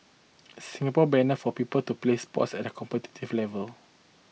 Singapore banner for people to play sports at a competitive level